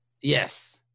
Yes